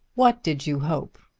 what did you hope?